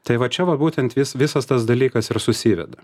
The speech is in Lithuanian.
tai va čia va būtent vis visas tas dalykas ir susiveda